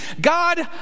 God